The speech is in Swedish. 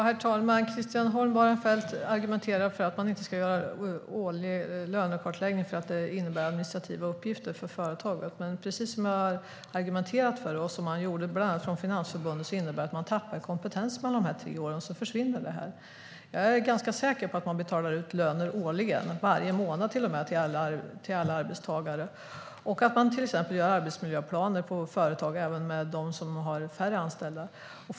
Herr talman! Christian Holm Barenfeld argumenterar mot en årlig lönekartläggning för att det skulle innebära administrativa uppgifter för företagen. Men precis som jag sa och som Finansförbundet säger tappar man kompetens under de tre åren, kompetens som försvinner. Jag är ganska säker på att man betalar ut lön årligen - till och med varje månad - till alla arbetstagare. Man gör säkert även arbetsmiljöplaner på företag som har färre anställda.